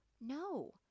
no